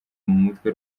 mumutwe